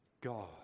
God